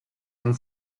and